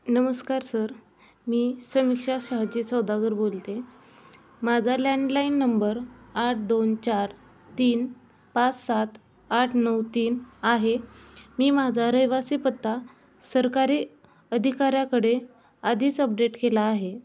नमस्कार सर मी समीक्षा शहाजी सौदागर बोलते माझा लँडलाईन नंबर आठ दोन चार तीन पाच सात आठ नऊ तीन आहे मी माझा रहिवासी पत्ता सरकारी अधिकाऱ्याकडे आधीच अपडेट केला आहे